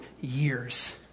years